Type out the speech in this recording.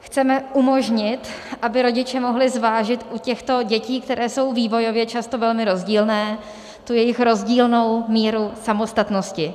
Chceme umožnit, aby rodiče mohli zvážit u těchto dětí, které jsou vývojově často velmi rozdílné, tu jejich rozdílnou míru samostatnosti.